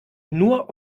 nur